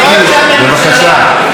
מיקי, בבקשה.